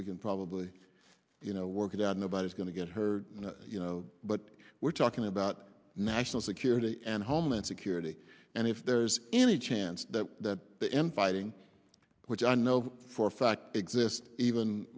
we can probably you know work it out nobody's going to get hurt you know but we're talking about national security and homeland security and if there's any chance that the infighting which i know for a fact exist even